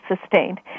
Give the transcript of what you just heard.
sustained